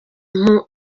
mpu